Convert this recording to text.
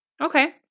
Okay